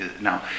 Now